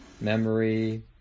Memory